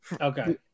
Okay